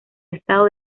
estado